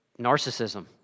narcissism